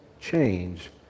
change